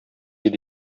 иде